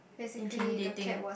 intimidating